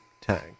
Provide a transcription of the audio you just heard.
tank